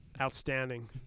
outstanding